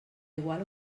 igual